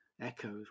echoes